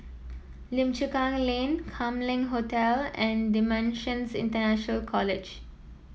Lim Chu Kang Lane Kam Leng Hotel and Dimensions International College